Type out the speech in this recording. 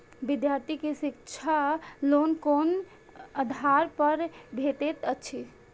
विधार्थी के शिक्षा लोन कोन आधार पर भेटेत अछि?